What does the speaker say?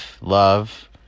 love